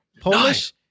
Polish